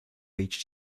reached